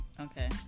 Okay